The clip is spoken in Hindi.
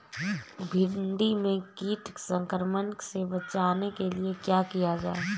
भिंडी में कीट संक्रमण से बचाने के लिए क्या किया जाए?